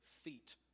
feet